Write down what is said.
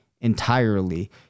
entirely